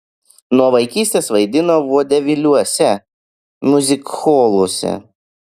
nuo vaikystės vaidino vodeviliuose miuzikholuose